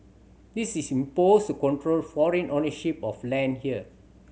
this is imposed to control foreign ownership of land here